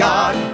God